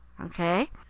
Okay